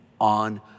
on